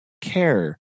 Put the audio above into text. care